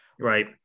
Right